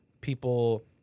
people